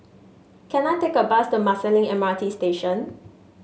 can I take a bus to Marsiling M R T Station